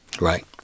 right